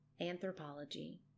anthropology